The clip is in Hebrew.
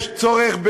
יש צורך,